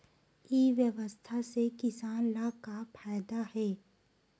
ई व्यवसाय से किसान ला का फ़ायदा हे?